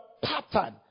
pattern